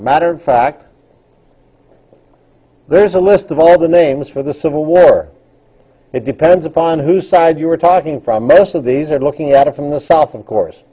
matter of fact there's a list of all of the names for the civil war it depends upon whose side you were talking from most of these are looking at it from the south of course